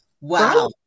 wow